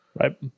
Right